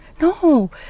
No